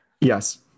Yes